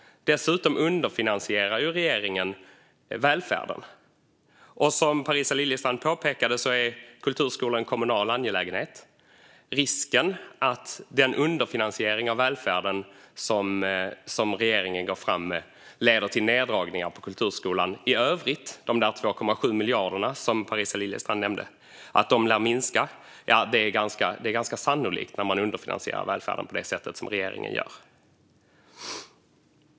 Regeringen underfinansierar dessutom välfärden. Som Parisa Liljestrand påpekade är kulturskolan en kommunal angelägenhet. Risken är att den underfinansiering av välfärden som regeringen går fram med leder till neddragningar på kulturskolan i övrigt. De 2,7 miljarderna som Parisa Liljestrand nämnde lär minska. Det är ganska sannolikt när man underfinansierar välfärden på det sätt som regeringen gör.